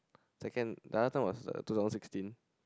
second the other time was two thousand sixteen